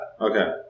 Okay